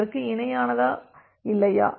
அதற்கு இணையானதா இல்லையா